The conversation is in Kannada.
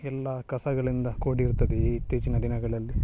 ಎಲ್ಲ ಕಸಗಳಿಂದ ಕೂಡಿರುತ್ತದೆ ಇತ್ತೀಚಿನ ದಿನಗಳಲ್ಲಿ